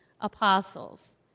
apostles